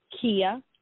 kia